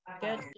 Good